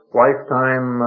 lifetime